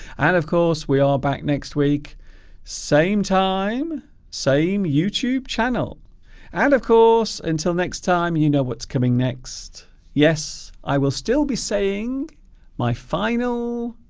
and of course we are back next week same time same youtube channel and of course until next time you know what's coming next yes i will still be saying my final.